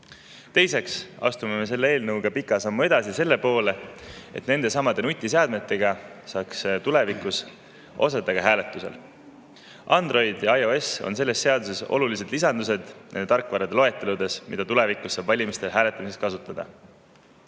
Teiseks astume me selle eelnõuga pika sammu edasi selle poole, et nendesamade nutiseadmetega saaks tulevikus osaleda ka hääletusel. Android ja iOS on selles seaduses olulised lisandused tarkvarade loetelus, mida tulevikus saab valimistel hääletamiseks kasutada. Olen